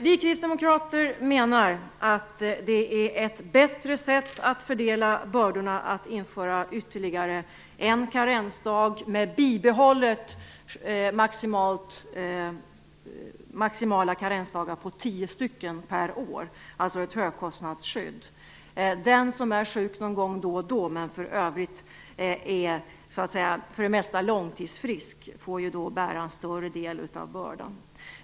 Vi kristdemokrater menar att ett bättre sätt att fördela bördorna är att införa ytterligare en karensdag med bibehållet maximalt antal karensdagar, tio dagar per år, alltså ett högkostnadsskydd. Den som är sjuk någon gång då och då men som för det mesta är långtidsfrisk, får därmed bära en större del av bördan.